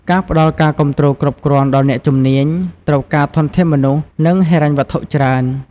ការផ្តល់ការគាំទ្រគ្រប់គ្រាន់ដល់អ្នកជំនាញ ត្រូវការធនធានមនុស្ស និងហិរញ្ញវត្ថុច្រើន។